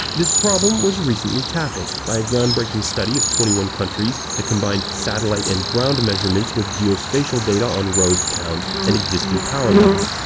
this problem was recently tackled by a groundbreaking study of twenty one countries that combined satellite and ground measurements with geospatial data on roads, towns, and existing power lines.